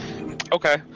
Okay